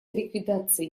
ликвидацией